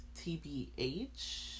TBH